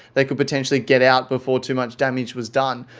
they could potentially get out before too much damage was done.